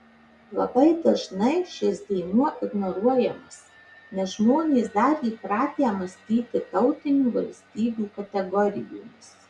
labai dažnai šis dėmuo ignoruojamas nes žmonės dar įpratę mąstyti tautinių valstybių kategorijomis